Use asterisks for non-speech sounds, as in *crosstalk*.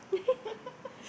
*laughs*